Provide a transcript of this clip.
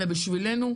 אלא בשבילנו,